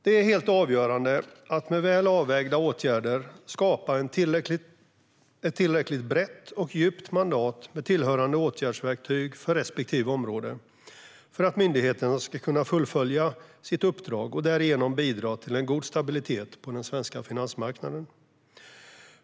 Det är helt avgörande att med väl avvägda åtgärder skapa ett tillräckligt brett och djupt mandat, med tillhörande åtgärdsverktyg för respektive område, för att myndigheten ska kunna fullfölja sitt uppdrag och därigenom bidra till god stabilitet på den svenska finansmarknaden.